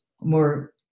more